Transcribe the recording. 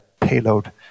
payload